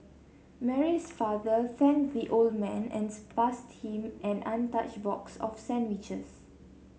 Mary's father thanked the old man and passed him an untouched box of sandwiches